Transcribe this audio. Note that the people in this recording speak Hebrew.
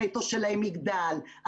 הנטו שלהם יגדל,